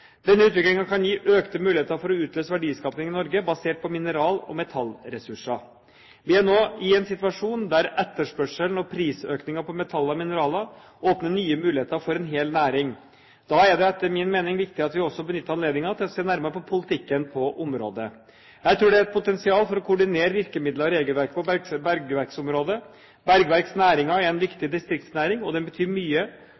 Denne utviklingen kan gi økte muligheter for å utløse verdiskaping i Norge basert på mineral- og metallressurser. Vi er nå i en situasjon der etterspørselen og prisøkningen på metaller og mineraler åpner nye muligheter for en hel næring. Da er det etter min mening viktig at vi også benytter anledningen til å se nærmere på politikken på området. Jeg tror det er et potensial for å koordinere virkemidler og regelverk på bergverksområdet. Bergverksnæringen er en viktig distriktsnæring, og den betyr mye på Vestlandet og i